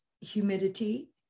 humidity